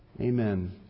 Amen